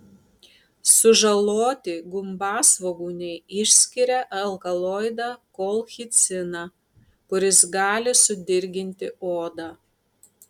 sužaloti gumbasvogūniai išskiria alkaloidą kolchiciną kuris gali sudirginti odą